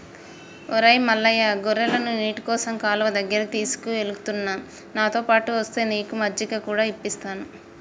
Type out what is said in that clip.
ఒరై మల్లయ్య గొర్రెలను నీటికోసం కాలువ దగ్గరికి తీసుకుఎలుతున్న నాతోపాటు ఒస్తే నీకు మజ్జిగ కూడా ఇప్పిస్తాను